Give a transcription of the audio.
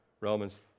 Romans